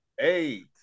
Eight